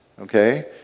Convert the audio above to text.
okay